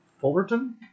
Fullerton